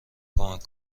کمک